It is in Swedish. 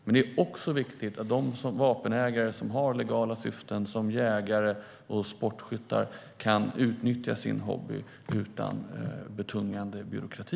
Men det är också viktigt att de vapenägare som har legala syften - till exempel jägare och sportskyttar - kan utöva sin hobby utan betungande byråkrati.